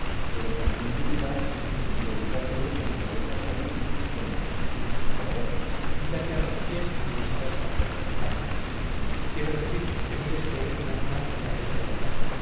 pero tiempo vendrá en que lo diga todo con mejores razones y con mejor discurso que ahora cipión mírate a los pies y desharás la rueda berganza quiero decir que mires que eres un animal que carece de razón